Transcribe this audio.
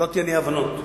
שלא תהיינה אי-הבנות.